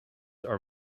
are